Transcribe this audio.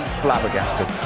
flabbergasted